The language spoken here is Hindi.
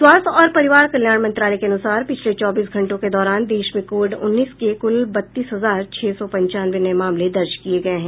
स्वास्थ्य और परिवार कल्याण मंत्रालय के अनुसार पिछले चौबीस घंटों के दौरान देश में कोविड उन्नीस के कुल बत्तीस हजार छह सौ पंचानवे नये मामले दर्ज किये गये हैं